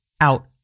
out